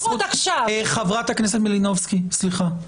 לפחות עכשיו --- חברת הכנסת מלינובסקי, סליחה.